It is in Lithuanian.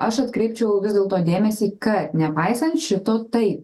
aš atkreipčiau vis dėlto dėmesį kad nepaisant šito tai